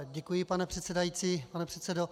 Děkuji, pane předsedající, pane předsedo.